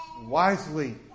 wisely